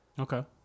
Okay